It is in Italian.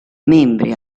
membri